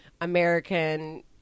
American